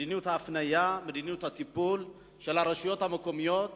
ההפניה ומדיניות הטיפול של הרשויות המקומיות